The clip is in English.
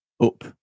up